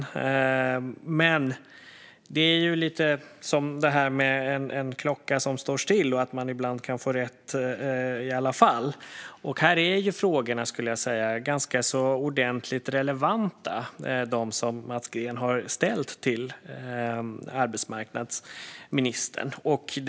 Men det är ju lite som med en klocka som står still - ibland kan man få rätt i alla fall. Här skulle jag säga att de frågor som Mats Green har ställt till arbetsmarknadsministern är ganska ordentligt relevanta.